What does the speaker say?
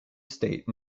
estate